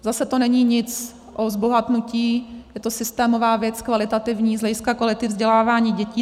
Zase to není nic o zbohatnutí, je to systémová kvalitativní věc z hlediska kvality vzdělávání dětí.